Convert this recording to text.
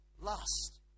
lust